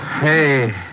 Hey